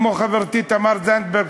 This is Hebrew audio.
כמו חברתי תמר זנדברג,